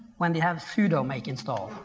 when they have pseudo make install.